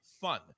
fun